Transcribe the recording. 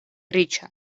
riĉa